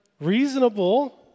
Reasonable